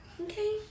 Okay